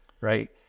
right